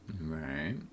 Right